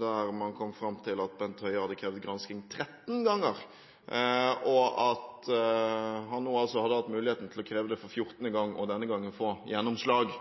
der man kom fram til at Bent Høie hadde krevd gransking 13 ganger, og at han nå altså hadde hatt muligheten til å kreve det for fjortende gang – og denne gangen få gjennomslag.